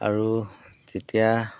আৰু তেতিয়া